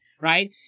Right